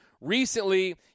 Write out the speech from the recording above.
Recently